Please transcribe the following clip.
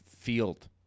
field